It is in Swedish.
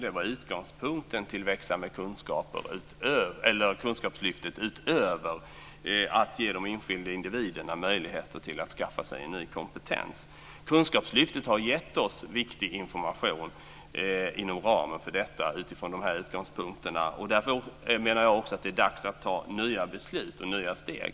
Det var utgångspunkten för att utveckla Kunskapslyftet utöver att ge de enskilda individerna möjligheter att skaffa sig en ny kompetens. Kunskapslyftet har inom ramen för detta och utifrån dessa utgångspunkter gett oss viktig information. Därför menar jag att det är dags att fatta nya beslut och ta nya steg.